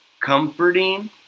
comforting